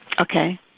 Okay